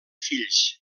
fills